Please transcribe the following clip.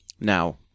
Now